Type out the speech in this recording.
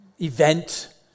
event